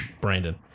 Brandon